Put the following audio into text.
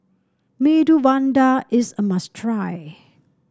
Medu Vada is a must try